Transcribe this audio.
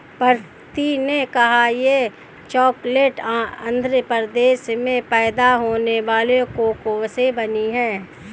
प्रीति ने कहा यह चॉकलेट आंध्र प्रदेश में पैदा होने वाले कोको से बनी है